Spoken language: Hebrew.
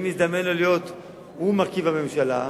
אם מזדמן לו להיות מרכיב הממשלה,